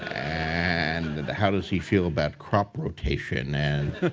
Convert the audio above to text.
and and how does he feel about crop rotation? and